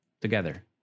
together